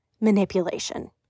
manipulation